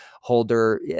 holder